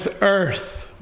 earth